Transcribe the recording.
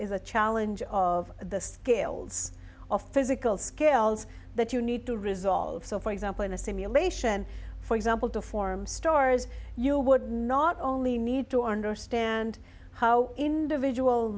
is a challenge of the scales of physical scales that you need to resolve so for example in a simulation for example to form stars you would not only need to understand how individual